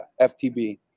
FTB